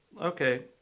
Okay